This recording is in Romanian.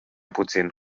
puțin